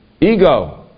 Ego